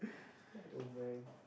I don't mind